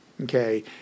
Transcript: Okay